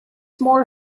more